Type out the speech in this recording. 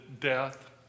death